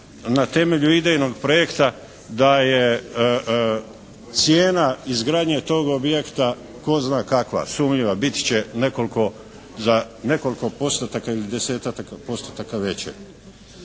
na temelju idejnog projekta da je cijena izgradnje tog objekta tko zna kakva, sumnjiva. Bit će za nekoliko postotaka ili desetaka postotaka veće.